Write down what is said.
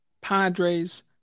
Padres